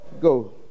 Go